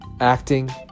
acting